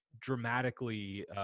dramatically